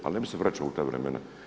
Ali ne bih se vraćao u ta vremena.